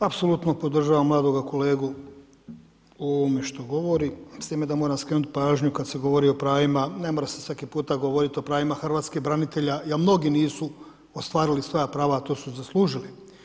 Apsolutno podražavam mladoga kolegu u ovome što govori, s time da moram skrenuti pažnju kada se govori o pravima, ne mora se svaki puta govoriti o pravima hrvatskih branitelja, a mnogi nisu ostvarili svoja prava, a to su zaslužili.